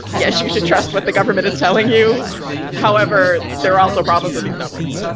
yes, you should trust what the government is telling you however, there are also problems with these numbers,